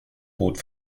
bot